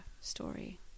story